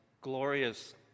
glorious